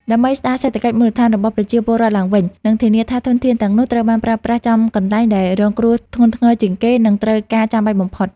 ដើម្បីស្តារសេដ្ឋកិច្ចមូលដ្ឋានរបស់ប្រជាពលរដ្ឋឡើងវិញ និងធានាថាធនធានទាំងនោះត្រូវបានប្រើប្រាស់ចំកន្លែងដែលរងគ្រោះធ្ងន់ធ្ងរជាងគេ និងត្រូវការចាំបាច់បំផុត។